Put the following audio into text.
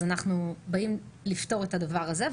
אנחנו באים לפתור את הדבר הזה,